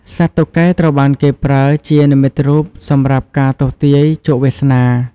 សត្វតុកែត្រូវបានគេប្រើជានិមិត្តរូបសម្រាប់ការទស្សន៍ទាយជោគវាសនា។